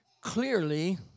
clearly